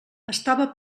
estava